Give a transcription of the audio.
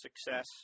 success